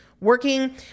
working